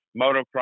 motocross